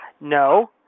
No